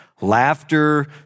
laughter